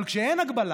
אבל כשאין הגבלה